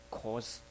cause